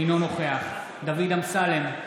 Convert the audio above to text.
אינו נוכח דוד אמסלם,